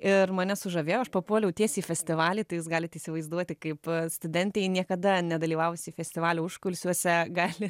ir mane sužavėjo aš papuoliau tiesiai į festivalį tai jūs galite įsivaizduoti kaip studentei niekada nedalyvavusiai festivalio užkulisiuose gali